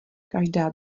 každá